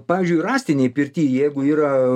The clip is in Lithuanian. pavyzdžiui rąstinėj pirty jeigu yra